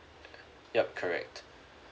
yup correct